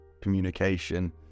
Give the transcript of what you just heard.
communication